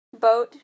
Boat